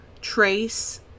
trace